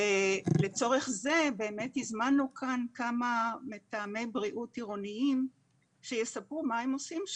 לצורך זה הזמנו כאן כמה מתאמי בריאות עירוניים שיספרו מה הם עושים שם.